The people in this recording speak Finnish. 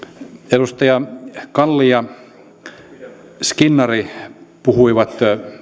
edustaja kalli ja skinnari puhuivat